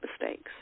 mistakes